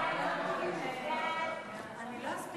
ההצעה להעביר